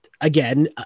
again